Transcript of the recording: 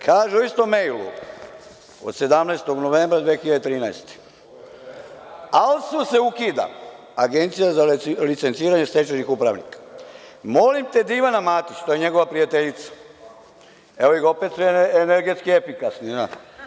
Kaže u istom mejlu od 17. novembra 2013. godine – ALSU se ukida, Agencija za licenciranje stečajnih upravnika, molim te da Ivana Matić, to je njegova prijateljica, evo ih opet su energetski efikasni.